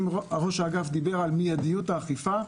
אם ראש האגף דיבר על מיידיות האכיפה,